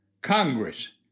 Congress